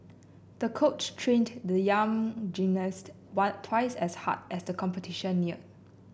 the coach trained the young gymnast one twice as hard as the competition neared